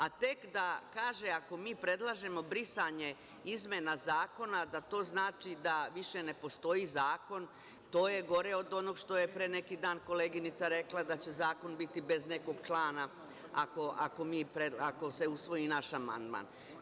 A, tek da kaže ako mi predlažemo brisanje izmena zakona, da to znači da više ne postoji zakon, to je gore od onog što je pre neki dan koleginica rekla da će zakon biti bez nekog člana ako se usvoji naš amandman.